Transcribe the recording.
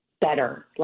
better